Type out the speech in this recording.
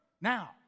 now